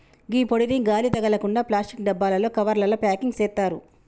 గీ పొడిని గాలి తగలకుండ ప్లాస్టిక్ డబ్బాలలో, కవర్లల ప్యాకింగ్ సేత్తారు